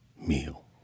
meal